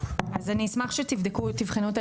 אז אני אשמח שתבדקו ותבחנו,